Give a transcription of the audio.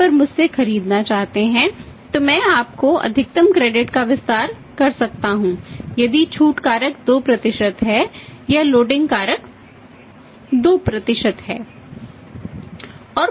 और